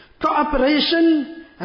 cooperation